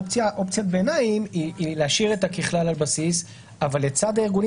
אופציית ביניים היא להשאיר את ה"ככלל על בסיס" אבל לצד הארגונים